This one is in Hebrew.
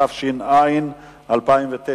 התש"ע 2009,